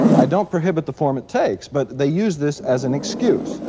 i don't prohibit the form it takes, but they use this as an excuse,